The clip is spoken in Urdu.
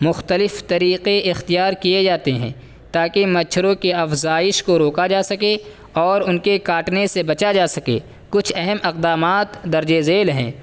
مختلف طریقے اختیار کیے جاتے ہیں تاکہ مچھروں کی افزائش کو روکا جا سکے اور ان کے کاٹنے سے بچا جا سکے کچھ اہم اقدامات درجِ ذیل ہیں